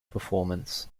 performance